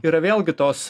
yra vėlgi tos